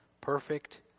Perfect